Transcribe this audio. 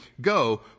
go